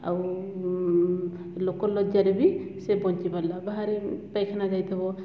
ଆଉ ଲୋକ ଲଜ୍ୟାରେ ବି ସେ ବଞ୍ଚିପାରିଲା ବାହାରେ ପାଇଖାନା ଯାଇଥିବ ସେ କେତେ ଲୋକ କେତେବେଳେ ପହଂଚି ଯିବେ